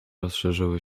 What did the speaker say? rozszerzyły